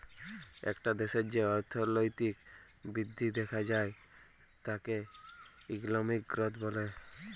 একটা দ্যাশের যে অর্থলৈতিক বৃদ্ধি দ্যাখা যায় তাকে ইকলমিক গ্রথ ব্যলে